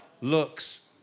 looks